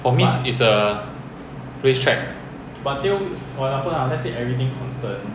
不要有那个 conscious of mind to think about the numbers just look at the N_D 上面的 arrows 可以吗